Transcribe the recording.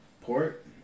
port